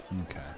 okay